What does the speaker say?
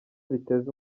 biteza